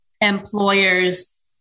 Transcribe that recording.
employers